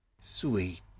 sweet